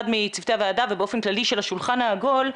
מצוותי הוועדה ובאופן כללי של השולחן העגול,